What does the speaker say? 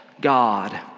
God